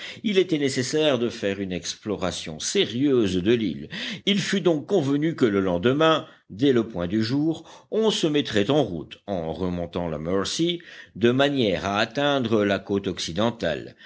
il était nécessaire de faire une exploration sérieuse de l'île il fut donc convenu que le lendemain dès le point du jour on se mettrait en route en remontant la mercy de manière à atteindre la côte occidentale